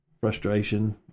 frustration